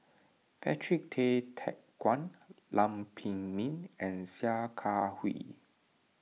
Patrick Tay Teck Guan Lam Pin Min and Sia Kah Hui